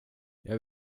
jag